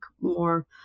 more